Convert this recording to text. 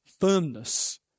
firmness